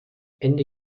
ende